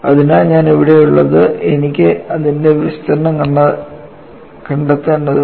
അതിനാൽ എനിക്ക് ഇവിടെയുള്ളത് എനിക്ക് അതിൻറെ വിസ്തീർണ്ണം കണ്ടെത്തേണ്ടതുണ്ട്